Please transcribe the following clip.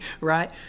Right